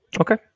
Okay